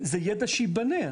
זה ידע שייבנה.